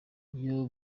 iyo